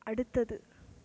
அடுத்தது